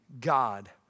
God